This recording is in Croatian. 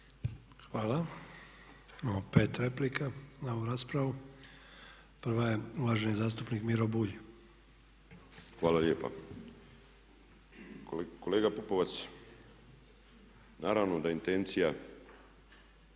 Hvala. Imamo 5 replika na ovu raspravu. Prva je uvaženi zastupnik Miro Bulj. **Bulj, Miro (MOST)** Hvala lijepa. Kolega Pupovac, naravno da je intencija